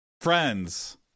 Friends